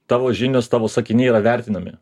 tavo žinios tavo sakiniai yra vertinami